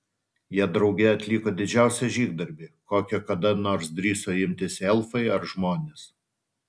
jie drauge atliko didžiausią žygdarbį kokio kada nors drįso imtis elfai ar žmonės